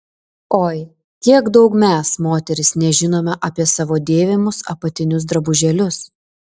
oi kiek daug mes moterys nežinome apie savo dėvimus apatinius drabužėlius